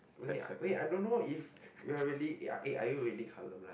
wait wait I don't know if we are really eh are you really colourblind